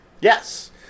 Yes